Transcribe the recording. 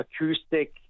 acoustic